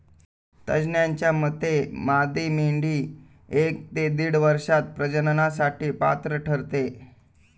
तज्ज्ञांच्या मते मादी मेंढी एक ते दीड वर्षात प्रजननासाठी पात्र ठरते